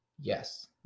yes